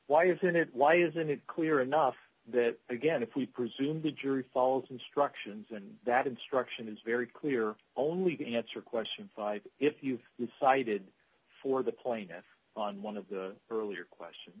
why isn't it why isn't it clear enough that again if we presume the jury follows instructions and that instruction is very clear only you can answer question five if you decided for the plaintiff on one of the earlier question